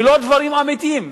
ולא דברים אמיתיים.